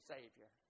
Savior